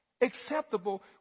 acceptable